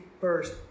first